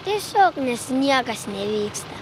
tiesiog nes niekas nevyksta